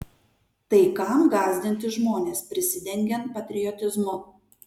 tai kam gąsdinti žmones prisidengiant patriotizmu